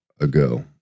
ago